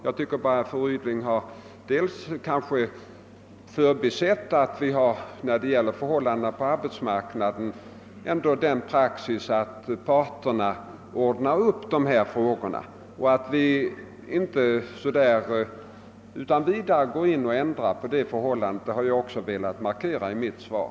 Jag menar bara att fru Ryding tycks ha förbisett att vi när det gäller förhållandena på arbetsmarknaden ändå har som praxis att parterna själva ordnar upp problem av detta slag och att vi inte utan vidare vill ändra denna praxis. Det har jag också velat markera i mitt svar.